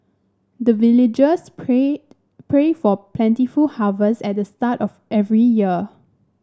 the villagers pray pray for plentiful harvest at the start of every year